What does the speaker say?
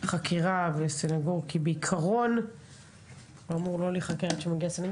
החקירה ולמנוע ניצול לרעה של פערי